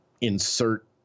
insert